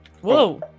Whoa